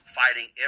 fighting